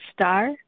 star